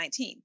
2019